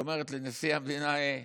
שאומרת לנשיא המדינה: הי,